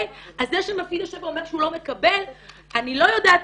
אז זה שמפעיל יושב ואומר שהוא לא מקבל אני לא יודעת